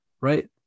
Right